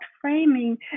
framing